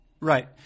right